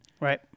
Right